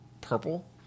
purple